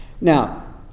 Now